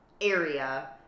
area